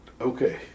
Okay